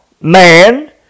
man